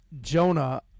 Jonah